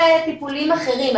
זה טיפולים אחרים,